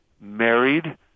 married